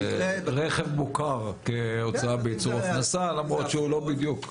שרכב מוכר כהוצאה בייצור הכנסה למרות שהוא לא בדיוק.